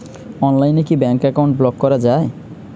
অনলাইনে কি bank account block করা য়ায়?